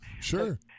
sure